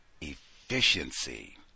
efficiency